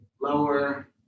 lower